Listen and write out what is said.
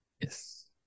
Yes